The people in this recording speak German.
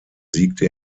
siegte